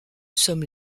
sommes